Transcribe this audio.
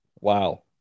Wow